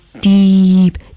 deep